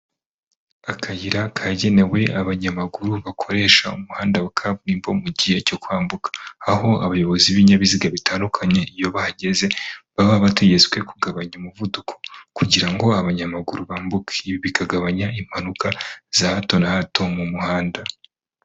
Akayira kagenewe abanyamaguru bakoresha umuhanda wa kaburimbo mu gihe cyo kwambuka, aho abayobozi b'ibinyabiziga bitandukanye iyo bahageze baba bategetswe kugabanya umuvuduko kugira ngo abanyamaguru bambuke bikagabanya impanuka za hato na hato mu muhanda.